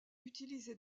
utilisée